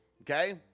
okay